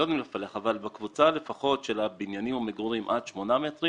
אנחנו לא יודעים לפלח אבל בקבוצה של הבניינים למגורים עד שמונה מטרים